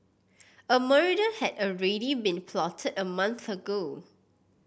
a murder had already been plotted a month ago